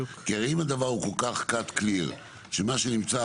כי אם הדבר הוא כל כך cut clear שמה שנמצא,